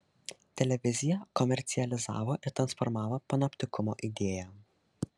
televizija komercializavo ir transformavo panoptikumo idėją